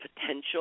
potential